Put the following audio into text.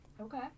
okay